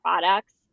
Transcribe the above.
products